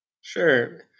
Sure